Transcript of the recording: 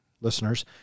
listeners